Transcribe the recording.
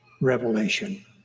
revelation